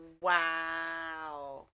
Wow